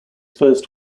first